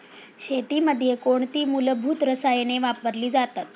शेतीमध्ये कोणती मूलभूत रसायने वापरली जातात?